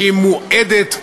שהיא מועדת לפגיעה,